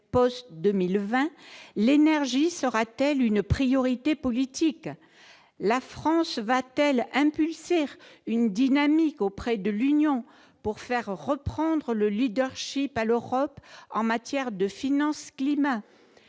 post-2020 l'énergie sera-t-elle une priorité politique, la France va-t-elle impulser une dynamique auprès de l'Union pour faire reprendre le Leadership à l'Europe en matière de finances climat